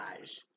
eyes